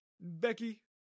Becky